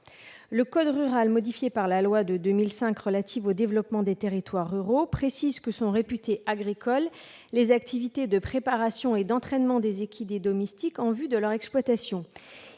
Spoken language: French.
pêche maritime, modifié par la loi de 2005 relative au développement des territoires ruraux, précise que sont réputées agricoles « les activités de préparation et d'entraînement des équidés domestiques en vue de leur exploitation